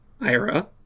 Ira